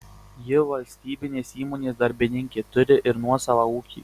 ji valstybinės įmonės darbininkė turi ir nuosavą ūkį